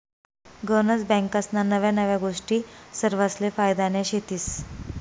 गनज बँकास्ना नव्या नव्या गोष्टी सरवासले फायद्यान्या शेतीस